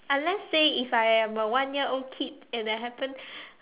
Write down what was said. unless say if I am a one year old kid and I happen